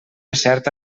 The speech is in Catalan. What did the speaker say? certa